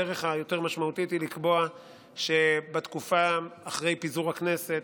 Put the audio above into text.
הדרך היותר-משמעותית היא לקבוע שבתקופה אחרי פיזור הכנסת